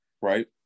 right